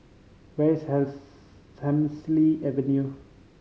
where is Hemsley Avenue